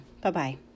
Bye-bye